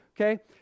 okay